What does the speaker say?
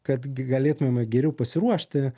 kad galėtumėme geriau pasiruošti